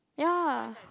ya